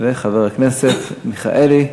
וחבר הכנסת מיכאלי,